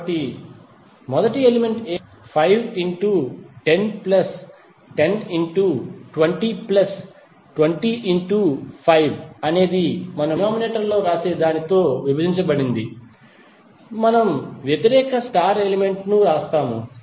కాబట్టి ఇక్కడ మొదటి ఎలిమెంట్ ఏమిటి 5 into 10 plus 10 into 20 plus 20 into 5 అనేది మనం డినోమినేటర్ లో వ్రాసే దానితో విభజించబడింది మనము వ్యతిరేక స్టార్ ఎలిమెంట్ ను వ్రాస్తాము